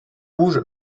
rouge